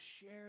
share